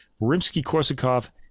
Rimsky-Korsakov